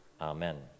Amen